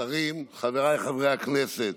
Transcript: שרים, חבריי חברי הכנסת,